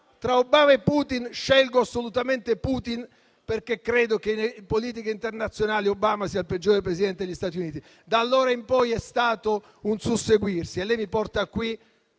tra Obama e Putin «scelgo assolutamente Putin, credo che in politica internazionale Obama sia il peggiore Presidente degli Stati Uniti». Da allora in poi è stato un susseguirsi, e lei mi porta qui